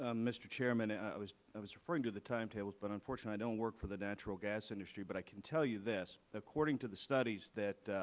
um mr. chairman, and i was i was referring to the time tables but unfortunately i don't work for the natural gas industry. but i can tell you this. according to the studies that